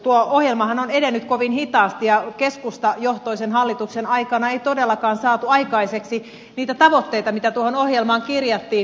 tuo ohjelmahan on edennyt kovin hitaasti ja keskustajohtoisen hallituksen aikana ei todellakaan saatu aikaiseksi niitä tavoitteita mitä tuohon ohjelmaan kirjattiin